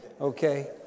Okay